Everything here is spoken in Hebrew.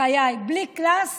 בחיי, בלי קלאס